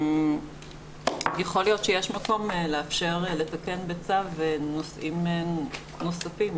יכול להיות שיש מקום לאפשר לתקן בצו נושאים נוספים,